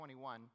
21